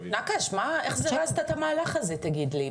נקש, מה, איך זירזת את המהלך הזה תגיד לי?